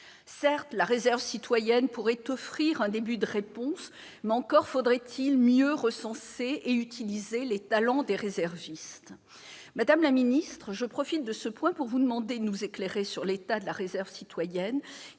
Certes, la réserve citoyenne pourrait offrir un début de réponse, mais encore faudrait-il mieux recenser et utiliser les talents des réservistes. Madame la ministre, je profite de cet instant pour vous demander de nous éclairer sur l'état de la réserve citoyenne,